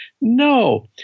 no